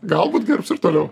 galbūt gerbs ir toliau